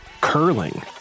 curling